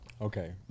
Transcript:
Okay